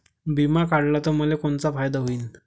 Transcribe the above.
बिमा काढला त मले कोनचा फायदा होईन?